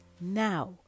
now